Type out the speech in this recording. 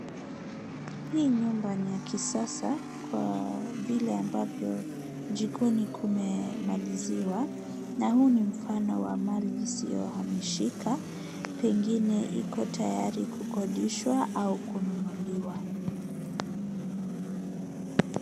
Hii nyumba ni ya kisasa kwa vile ambavyo jikoni kumemaliziwa na huu ni mfano wa mali isiyohamishika pengine iko tayari kukodishwa au kununuliwa.